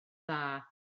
dda